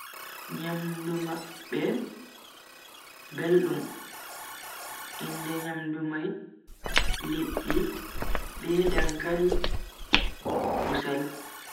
Nyamdu mabbe beldum, inde nyamdu mai liddi be dankali, kusel.